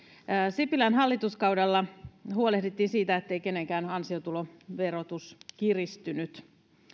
sipilän hallituskaudella huolehdittiin siitä ettei kenenkään ansiotuloverotus kiristynyt